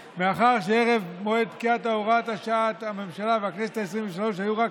הוא מתנהג כמו, לא כמו, כמושחת הגדול ביותר.